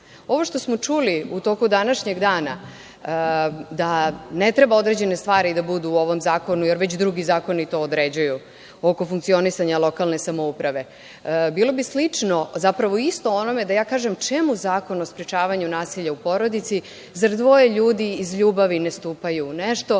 što smo čuli u toku današnjeg dana da ne treba određene stvari da budu u ovom zakonu, jer već drugi zakoni to određuju, oko funkcionisanja lokalne samouprave, bilo bi slično, zapravo isto onome da ja kažem – čemu zakon o sprečavanju nasilja u porodici, zar dvoje ljudi iz ljubi ne stupaju u nešto